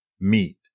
meet